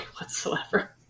whatsoever